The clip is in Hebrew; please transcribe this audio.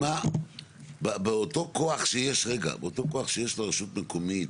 באותו כוח שיש לרשות המקומית,